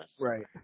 Right